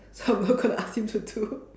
so I'm not gonna ask him to do